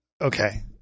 okay